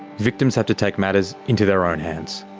victims have to take matters into their own hands.